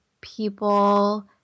people